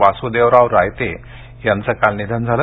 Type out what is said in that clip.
वासुदेवराव रायते यांचं काल निधन झालं